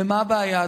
ומה הבעיה,